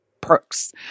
perks